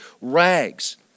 rags